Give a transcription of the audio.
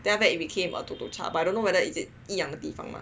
then after it became a Tuk Tuk Cha but I don't know whether is it 一样的地方吗